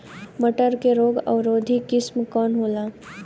मटर के रोग अवरोधी किस्म कौन होला?